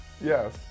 Yes